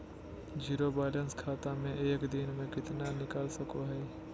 Zero balance खाता से एक दिन में कितना निकाल सको है?